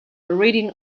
reading